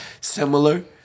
similar